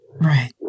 Right